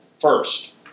First